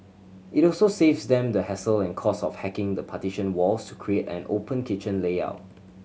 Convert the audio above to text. it also saves them the hassle and cost of hacking the partition walls to create an open kitchen layout